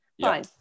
Fine